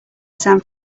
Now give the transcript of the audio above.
san